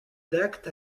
d’acte